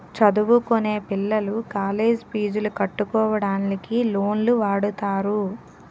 చదువుకొనే పిల్లలు కాలేజ్ పీజులు కట్టుకోవడానికి లోన్లు వాడుతారు